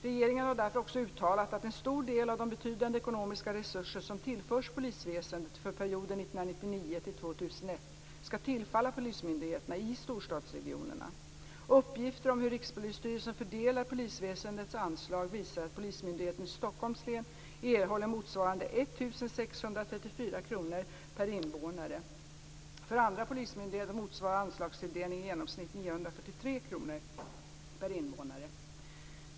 Regeringen har därför också uttalat att en stor del av de betydande ekonomiska resurser som tillförs polisväsendet för perioden 1999-2001 skall tillfalla polismyndigheterna i storstadsregionerna. Uppgifter om hur Rikspolisstyrelsen fördelar polisväsendets anslag visar att Polismyndigheten i Stockholms län erhåller motsvarande 1 634 kr per invånare. För andra polismyndigheter motsvarar anslagstilldelningen i genomsnitt 943 kr per invånare.